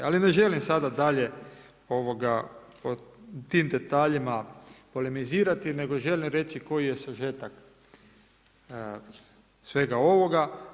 Ali ne želim sada dalje o tim detaljima polemizirati, neto želi reći koji je sažetak svega ovoga.